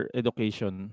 education